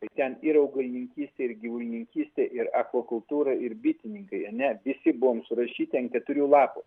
tai ten ir augalininkystė ir gyvulininkystė ir akvakultūra ir bitininkai a ne visi buvom surašyti ant keturių lapų